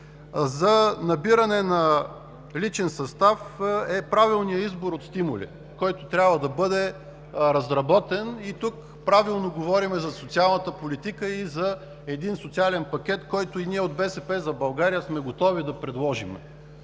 за набиране на личен състав е правилният избор от стимули, който трябва да бъде разработен. Тук правилно говорим за социалната политика и за един социален пакет, който и ние от „БСП за България“ сме готови да предложим.